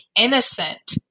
innocent